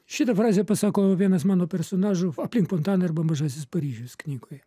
šitą frazę pasako vienas mano personažų aplink fontaną arba mažasis paryžius knygoje